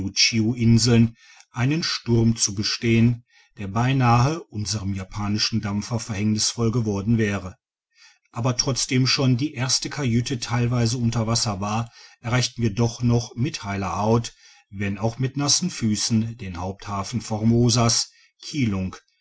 einen sturm zu bestehen der beinahe unserem japanischen dampfer verhängnisvoll geworden wäre aber trotzdem schon die erste kajüte teilweise unter wasser war erreichten wir doch noch mit heiler haut wenn auch mit nassen füssen den haupthafen